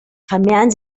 vermehren